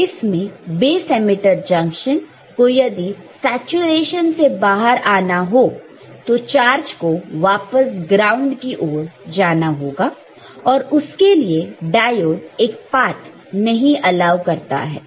तो इसमें base emitter junction को यदि सैचुरेशन से बाहर आना हो तो चार्ज को वापस ग्राउंड की ओर जाना होगा और उसके लिए डायोड एक पात नहीं अलाव करता है